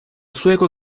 sueco